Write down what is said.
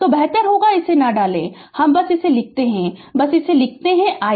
तो बेहतर होगा कि इसे न डालें हम बस लिखते है बस इसे लिखते है i